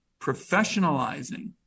professionalizing